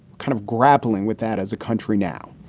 kind of grappling with that as a country now.